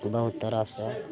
बहुत तरहसे